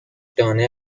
دانه